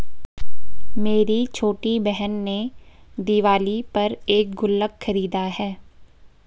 मेरी छोटी बहन ने दिवाली पर एक गुल्लक खरीदा है